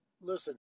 Listen